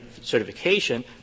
certification